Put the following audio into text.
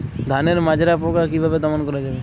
ধানের মাজরা পোকা কি ভাবে দমন করা যাবে?